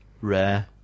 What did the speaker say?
Rare